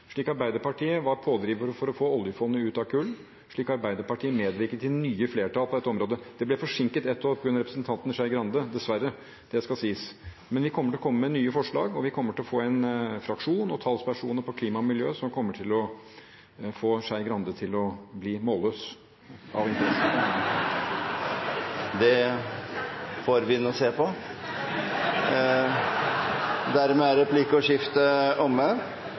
slik Arbeiderpartiet var pådriver for å få oljefondet ut av kull, slik Arbeiderpartiet medvirket til nye flertall på dette området. Det ble forsinket et år på grunn av representanten Skei Grande – dessverre, det skal sies. Men vi kommer til å komme med nye forslag, og vi kommer til å få en fraksjon og talspersoner for klima og miljø som kommer til å få Skei Grande til å bli målløs. Det får vi nå se på. Replikkordskiftet er omme.